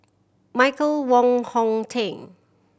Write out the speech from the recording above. Michael Wong Hong Teng